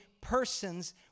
persons